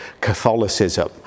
Catholicism